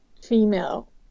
female